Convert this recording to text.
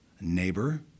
neighbor